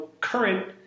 current